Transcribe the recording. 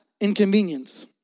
inconvenience